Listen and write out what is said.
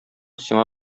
сиңа